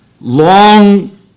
long